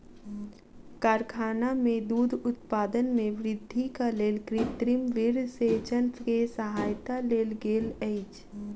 कारखाना में दूध उत्पादन में वृद्धिक लेल कृत्रिम वीर्यसेचन के सहायता लेल गेल अछि